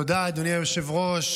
תודה, אדוני היושב-ראש.